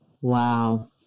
Wow